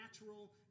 natural